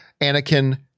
Anakin